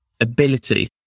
ability